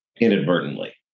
inadvertently